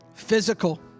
physical